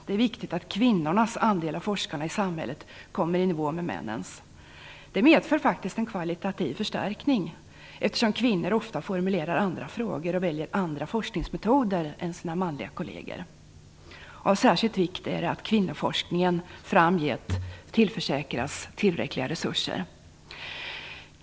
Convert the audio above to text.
Det är viktigt att kvinnornas andel av forskarna i samhället kommer i nivå med männens. Det medför faktiskt en kvalitativ förstärkning, eftersom kvinnor ofta formulerar andra frågor och väljer andra forskningsmetoder än sina manliga kolleger. Av särskild vikt är att kvinnoforskningen framgent försäkras tillräckliga resurser.